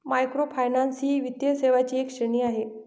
microfinance ही वित्तीय सेवांची एक श्रेणी आहे